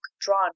drawn